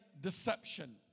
deception